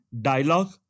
dialogue